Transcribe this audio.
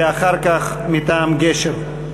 ואחר כך מטעם גשר.